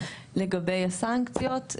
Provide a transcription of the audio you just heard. לגבי הסנקציות,